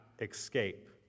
escape